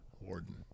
warden